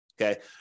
okay